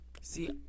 see